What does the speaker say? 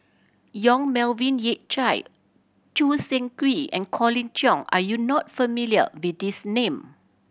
Yong Melvin Yik Chye Choo Seng Quee and Colin Cheong are you not familiar with these name